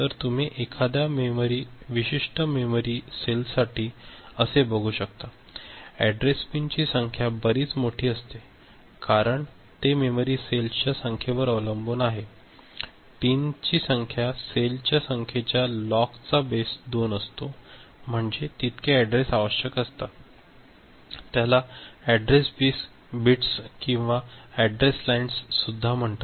तर तुम्ही एखाद्या विशिष्ट मेमरी सेलसाठी असे बघू शकता अॅड्रेस पिनची संख्या बरीच मोठी असते कारण ते मेमरी सेलच्या संख्येवर अवलंबून आहे पिनची संख्या सेलच्या संख्येच्या लॉग चा बेस 2 असतो म्हणजे तितके अॅड्रेस आवश्यक असतात त्याला अॅड्रेस बिट्स किंवा अॅड्रेस लाईन्स सुद्धा म्हणतात